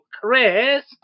Chris